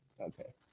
Okay